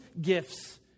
gifts